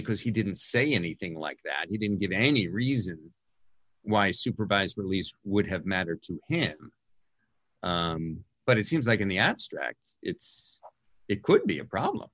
because he didn't say anything like that you didn't give any reason why supervised release would have mattered to him but it seems like in the abstract it's it could be a problem